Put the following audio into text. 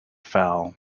foul